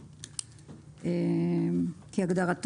כן,